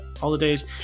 holidays